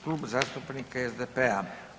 Klub zastupnika SDP-a.